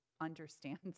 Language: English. understands